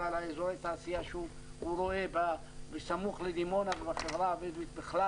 שהוא רואה בסמוך לדימונה ובחברה הבדואית בכלל